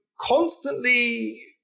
constantly